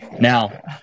Now